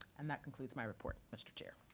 and that concludes my report, mr. chair.